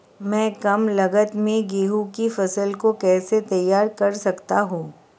मैं कम लागत में गेहूँ की फसल को कैसे तैयार कर सकता हूँ?